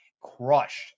crushed